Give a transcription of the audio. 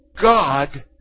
God